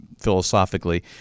philosophically